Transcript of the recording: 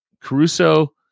Caruso